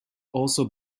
also